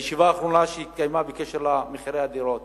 בישיבה האחרונה על מחירי הדירות